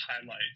highlight